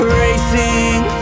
racing